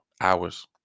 Hours